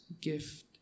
gift